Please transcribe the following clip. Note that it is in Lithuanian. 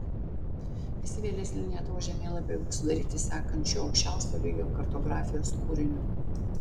visi vėlesni lietuvos žemėlapiai buvo sudaryti sekant šiuo aukščiausio lygio kartografijos kūriniu